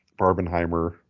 Barbenheimer